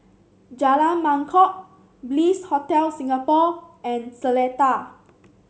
Jalan Mangkok Bliss Hotel Singapore and Seletar